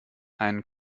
einen